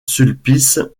sulpice